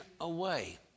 away